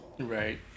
Right